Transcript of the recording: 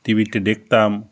টিভিতে দেখতাম